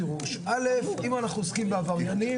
א' אם אנחנו עוסקים בעבריינים,